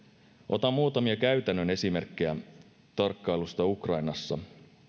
otan muutamia käytännön esimerkkejä tarkkailusta ukrainassa